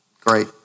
great